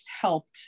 helped